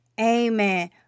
Amen